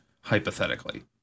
Hypothetically